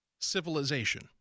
civilization